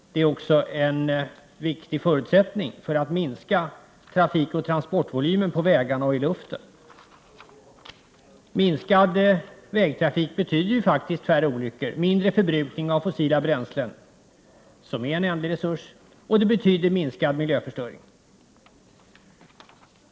Det är också en viktig förutsättning för att man skall kunna minska trafikoch transportvolymen på vägarna och i luften. Minskad vägtrafik betyder faktiskt färre olyckor, mindre förbrukning av fossila bränslen — som är en ändlig resurs — och minskad miljöförstöring.